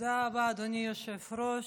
תודה רבה, אדוני היושב-ראש.